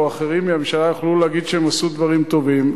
או אחרים מהממשלה יוכלו להגיד שהם עשו דברים טובים.